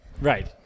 Right